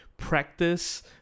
practice